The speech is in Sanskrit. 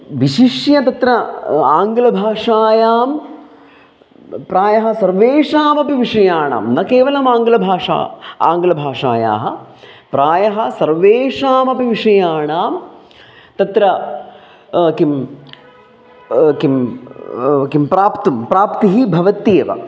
विशिष्य तत्र आङ्गलभाषायां प्रायः सर्वेषामपि विषयाणां न केवलमाङ्गलभाषायाः आङ्गलभाषायाः प्रायः सर्वेषामपि विषयाणां तत्र किं किं किं प्राप्तिः प्राप्तिः भवत्येव